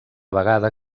vegada